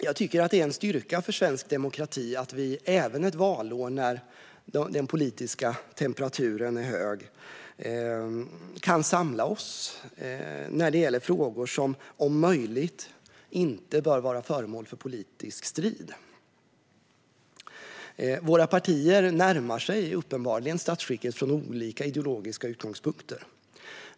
Jag tycker att det är en styrka för svensk demokrati att vi även ett valår när den politiska temperaturen är hög kan samla oss när det gäller frågor som om möjligt inte bör vara föremål för politisk strid. Våra partier närmar sig uppenbarligen statsskicket från olika ideologiska utgångspunkter.